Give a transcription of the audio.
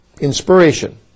Inspiration